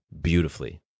beautifully